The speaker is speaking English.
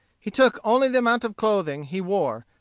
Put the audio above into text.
he took only the amount of clothing he wore,